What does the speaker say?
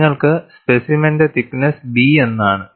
നിങ്ങൾക്ക് സ്പെസിമെന്റെ thickness B എന്നാണ്